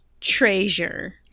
treasure